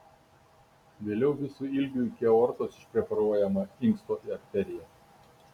vėliau visu ilgiu iki aortos išpreparuojama inksto arterija